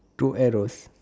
two arrows